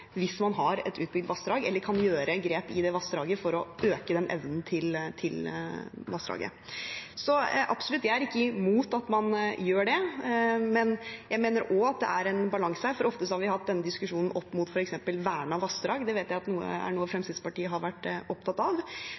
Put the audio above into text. hvis man har et utbygd vassdrag eller kan ta grep for å øke den evnen til vassdraget. Jeg er absolutt ikke imot at man gjør det, men jeg mener også at det er en balanse her. Ofte har vi hatt denne diskusjonen i forbindelse med f.eks. vernede vassdrag, det vet jeg er noe Fremskrittspartiet har vært opptatt av,